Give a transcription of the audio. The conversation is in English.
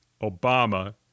Obama